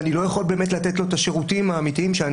ואני לא יכול באמת לתת לו את השירותים האמיתיים שאני